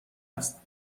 است